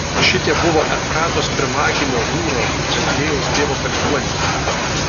šitie buvo efratos pirmagimio hūro betliejaus tėvo palikuonys